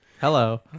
Hello